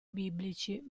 biblici